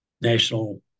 National